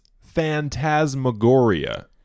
phantasmagoria